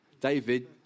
David